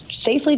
Safely